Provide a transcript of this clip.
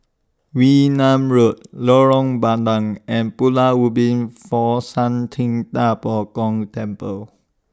Wee Nam Road Lorong Bandang and Pulau Ubin Fo Shan Ting DA Bo Gong Temple